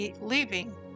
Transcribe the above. leaving